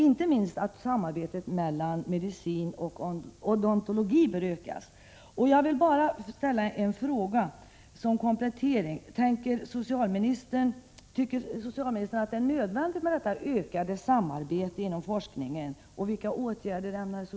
Inte minst bör samarbetet mellan medicin och odontologi ökas.